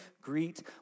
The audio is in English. greet